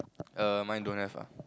err mine don't have ah